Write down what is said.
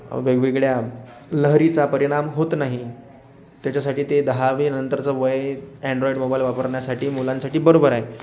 वेगवेगळ्या लहरीचा परिणाम होत नाही त्याच्यासाठी ते दहावीनंतरचं वय अँन्ड्रॉईड मोबाइल वापरण्यासाठी मुलांसाठी बरोबर आहे